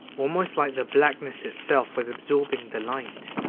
almost like the blackness itself was absorbing the light.